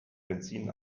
benzin